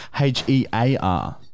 H-E-A-R